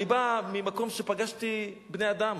אני בא ממקום שפגשתי בני-אדם,